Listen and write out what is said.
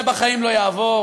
זה בחיים לא יעבור.